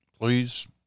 please